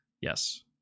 Yes